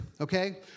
okay